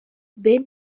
ben